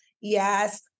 yes